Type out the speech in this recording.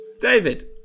David